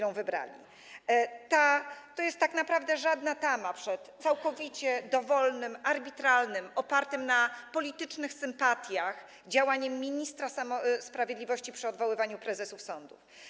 To nie jest tak naprawdę żadna tama przed całkowicie dowolnym, arbitralnym, opartym na politycznych sympatiach działaniem ministra sprawiedliwości przy odwoływaniu prezesów sądów.